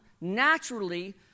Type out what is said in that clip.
naturally